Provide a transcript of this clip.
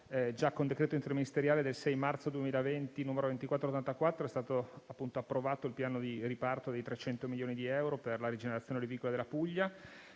già con decreto interministeriale del 6 marzo 2020, n. 2484, è stato approvato il piano di riparto dei 300 milioni di euro per la rigenerazione olivicola della Puglia